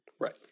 Right